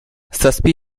zazpi